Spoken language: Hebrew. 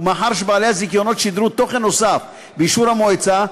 ומאחר שבעלי הזיכיונות שידרו תוכן נוסף באישור המועצה,